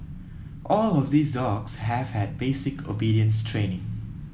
all of these dogs have had basic obedience training